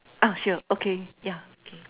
ah sure okay yeah okay